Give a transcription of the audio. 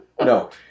No